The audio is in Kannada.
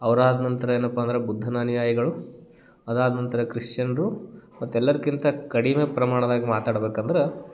ಅವ್ರು ಆದ ನಂತರ ಏನಪ್ಪ ಅಂದ್ರೆ ಬುದ್ಧನ ಅನುಯಾಯಿಗಳು ಅದಾದ ನಂತರ ಕ್ರಿಶ್ಚನರು ಮತ್ತು ಎಲ್ಲಾರ್ಕಿಂತ ಕಡಿಮೆ ಪ್ರಮಾಣದಾಗ ಮಾತಾಡ್ಬಕಂದ್ರೆ